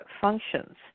functions